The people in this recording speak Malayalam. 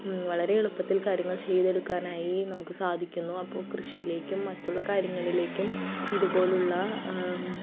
വളരെ എളുപ്പത്തിൽ കാര്യങ്ങൾ ചെയ്തെടുക്കാനായി നമുക്ക് സാധിക്കുന്നു അപ്പോൾ കൃഷിയിലേക്കും മറ്റുള്ള കാര്യങ്ങളിലേക്കും ഇതുപോലുള്ള